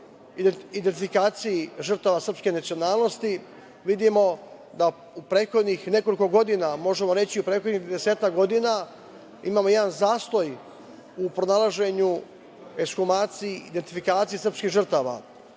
identifikaciji žrtava srpske nacionalnosti. Vidimo da prethodnih nekoliko godina, možemo reći u prethodnih desetak godina, imamo jedan zastoj u pronalaženju, ekshumaciji i identifikaciji srpskih žrtava. Od